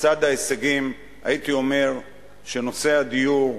בצד ההישגים, הייתי אומר נושא הדיור,